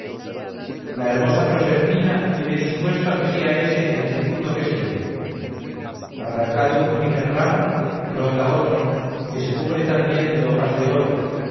la hermosa proserpina tiene dispuesto que sea ese el tributo que se lleve arrancado un primer ramo brota otro que se cubre también de hojas de oro